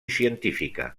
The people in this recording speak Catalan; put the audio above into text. científica